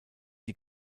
die